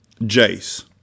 Jace